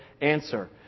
Answer